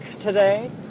today